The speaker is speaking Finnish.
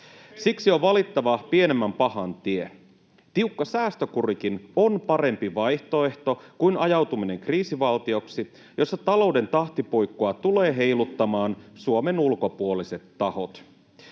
Siksi on valittava pienemmän pahan tie. Tiukka säästökurikin on parempi vaihtoehto kuin ajautuminen kriisivaltioksi, jossa talouden tahtipuikkoa tulevat heiluttamaan Suomen ulkopuoliset tahot.